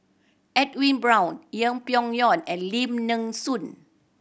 Edwin Brown Yeng Pway Ngon and Lim Nee Soon